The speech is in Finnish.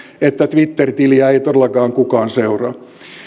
että twitter tiliä ei todellakaan kukaan seuraa